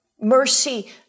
mercy